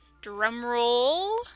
Drumroll